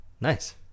Nice